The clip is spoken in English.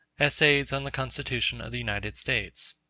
essays on the constitution of the united states.